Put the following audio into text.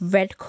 Red